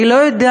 אני לא יודעת,